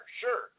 sure